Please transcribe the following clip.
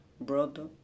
brother